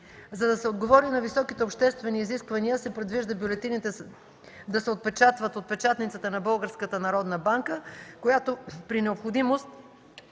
За да се отговори на високите обществени изисквания, се предвижда бюлетините да се отпечатват от печатницата на Българската народна